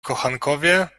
kochankowie